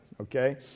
okay